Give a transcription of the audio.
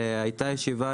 הייתה ישיבה,